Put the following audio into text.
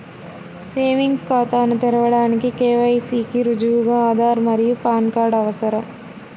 savings ఖాతాను తెరవడానికి KYC కి రుజువుగా ఆధార్ మరియు పాన్ కార్డ్ అవసరం